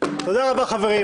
שכתבתי בשבחכם לפני שאמרת זאת.